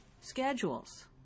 schedules